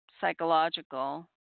psychological